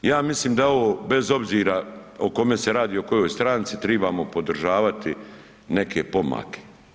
Ja mislim da je ovo bez obzira o kome se radi o kojoj stranci tribamo podržavati neke pomake.